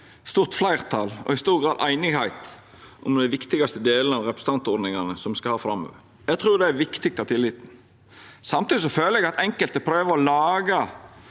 stort fleirtal og i stor grad einigheit om dei viktigaste delane av representantordningane som me skal ha framover. Eg trur det er viktig for tilliten. Samtidig føler eg at enkelte prøver å laga